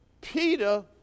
Peter